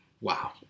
Wow